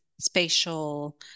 spatial